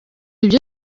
ibyo